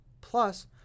Plus